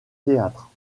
théâtre